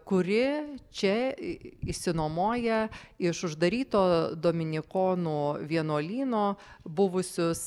kuri čia išsinuomoja iš uždaryto dominikonų vienuolyno buvusius